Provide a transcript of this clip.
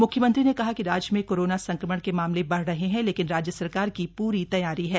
मुख्यमंत्री ने कहा कि राज्य में कोराना संक्रमण के मामले बढ़ रहे हैं लेकिन राज्य सरकार की पूरी तैयारी है